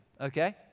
Okay